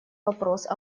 вопрос